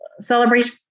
celebration